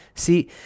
See